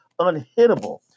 unhittable